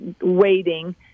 waiting